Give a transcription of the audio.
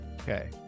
Okay